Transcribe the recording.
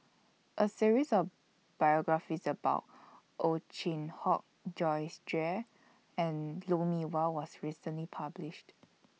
A series of biographies about Ow Chin Hock Joyce Jue and Lou Mee Wah was recently published